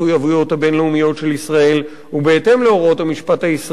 הבין-לאומיות של ישראל ובהתאם להוראות המשפט הישראלי,